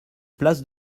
place